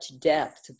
depth